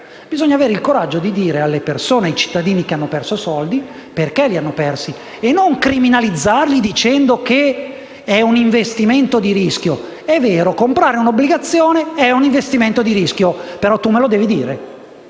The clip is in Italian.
Bisogna avere il coraggio di dire ai cittadini che hanno perso soldi perché li hanno persi e non criminalizzarli dicendo che è un investimento di rischio. È vero, comprare un'obbligazione è un investimento di rischio, però lo si deve dire.